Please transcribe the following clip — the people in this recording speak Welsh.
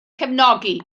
cefnogi